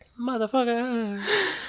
Motherfucker